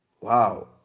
Wow